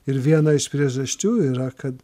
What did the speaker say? ir viena iš priežasčių yra kad